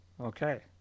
Okay